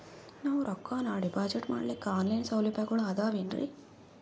ನಾವು ರೊಕ್ಕನಾ ಡಿಪಾಜಿಟ್ ಮಾಡ್ಲಿಕ್ಕ ಆನ್ ಲೈನ್ ಸೌಲಭ್ಯಗಳು ಆದಾವೇನ್ರಿ?